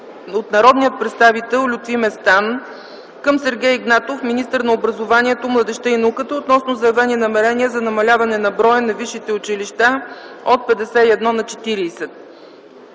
от народния представител Лютви Местан към Сергей Игнатов - министър на образованието, младежта и науката, относно заявени намерения за намаляване на броя на висшите училища от 51 на 40.